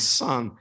son